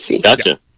Gotcha